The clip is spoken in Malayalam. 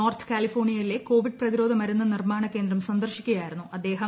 നോർത്ത് കാലിഫോർണിയയിലെ കോവിഡ് പ്രതിരോധ മരുന്ന് നിർമാണ കേന്ദ്രം സന്ദർശിക്കുകയായിരുന്നു അദ്ദേഹം